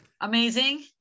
Amazing